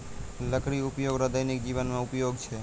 लकड़ी उपयोग रो दैनिक जिवन मे उपयोग छै